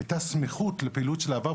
הייתה סמיכות לפעילות העבר,